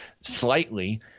slightly